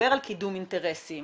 שמדבר על קידום אינטרסים